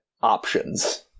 options